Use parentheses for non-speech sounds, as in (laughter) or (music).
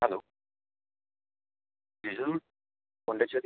hello (unintelligible) Pondicherry